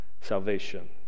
salvation